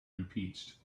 impeached